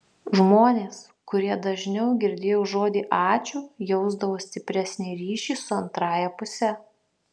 žmonės kurie dažniau girdėjo žodį ačiū jausdavo stipresnį ryšį su antrąja puse